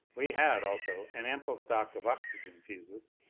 we had, also, an ample stock of oxygen fuses,